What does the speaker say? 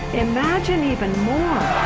imagine even more!